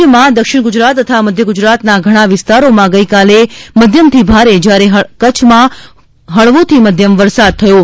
રાજ્યમાં દક્ષિણ ગુજરાત તથા મધ્ય ગુજરાતના ઘણા વિસ્તારોમાં ગઇકાલે મધ્યમથી ભારે જ્યારે કચ્છમાં હળવોથી મધ્યમ વરસાદ થયો છે